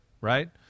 right